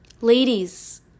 Ladies